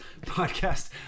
podcast